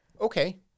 okay